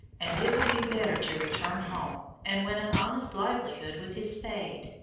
and it would be better to return home and win an honest livelihood with his spade.